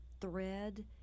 thread